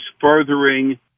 furthering